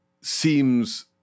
seems